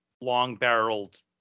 long-barreled